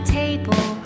table